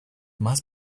más